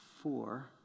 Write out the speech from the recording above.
four